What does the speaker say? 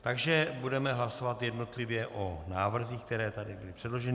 Takže budeme hlasovat jednotlivě o návrzích, které tady byly předloženy.